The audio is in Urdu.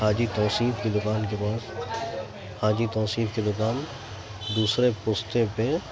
حاجی توصیف کی دکان کے پاس حاجی توصیف کی دکان دوسرے پستے پہ